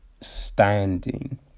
standing